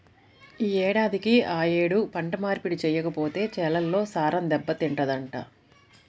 యే ఏడాదికి ఆ యేడు పంట మార్పిడి చెయ్యకపోతే చేలల్లో సారం దెబ్బతింటదంట